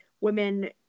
women